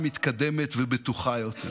מתקדמת ובטוחה יותר.